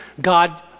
God